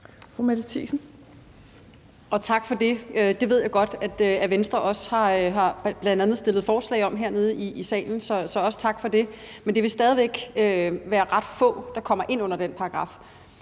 Tak for det. Jeg ved godt, at Venstre bl.a. også har stillet forslag om det hernede i salen. Så også tak for det. Men det vil stadig væk være ret få, der kommer ind under den paragraf.